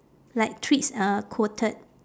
like treats uh quoted